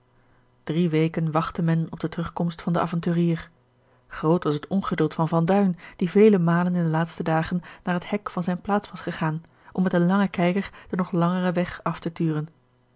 drie weken wachtte men op de terugkomst van den avonturier groot was het ongeduld van van duin die vele malen in de laatste dagen naar het hek van zijne plaats was gegaan om met een langen kijker den nog langeren weg af te turen